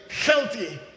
healthy